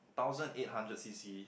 thousand eight hundred C_C